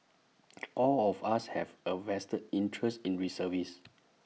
all of us have A vested interest in reservist